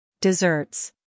Desserts